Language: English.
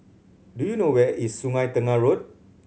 do you know where is Sungei Tengah Road